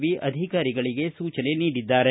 V ಅಧಿಕಾರಿಗಳಗೆ ಸೂಚನೆ ನೀಡಿದ್ದಾರೆ